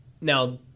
now